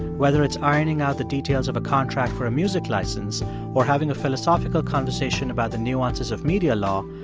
whether it's ironing out the details of a contract for a music license or having a philosophical conversation about the nuances of media law,